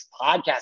podcast